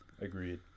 Agreed